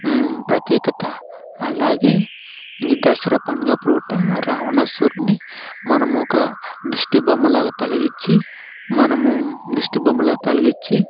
ప్రత్యేకత అలాగే ఈ దసరా పండగ పూట రావణాసురుని మనం ఒక దిష్టిబొమ్మలాగ తగిలించి మనము దిష్టిబొమ్మలా తగిలించి